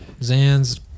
zans